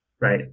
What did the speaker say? Right